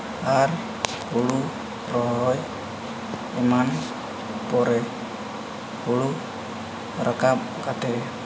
ᱟᱨ ᱦᱩᱲᱩ ᱨᱚᱦᱚᱭ ᱮᱢᱟᱱ ᱯᱚᱨᱮ ᱦᱩᱲᱩ ᱨᱟᱠᱟᱵ ᱠᱟᱛᱮᱫ